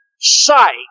sight